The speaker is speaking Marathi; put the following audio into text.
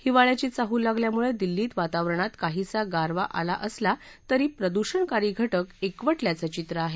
हिवाळ्याची चाहूल लागल्यामुळे दिल्लीत वातावरणात काहीसा गारवा आला असला तरी प्रदूषणकारी घटक एकवटल्याचं चित्र आहे